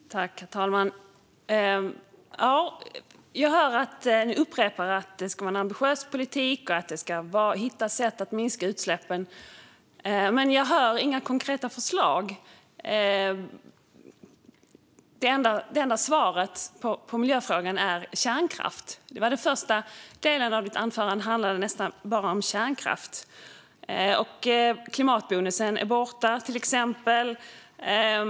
Herr talman! Jag hör att man upprepar att det ska vara en ambitiös politik och att man ska hitta sätt att minska utsläppen, men jag hör inga konkreta förslag. Det enda svaret på miljöfrågan är kärnkraft. Den första delen av ditt anförande handlade nästan bara om kärnkraft, Martin Kinnunen. Klimatbonusen är till exempel borta.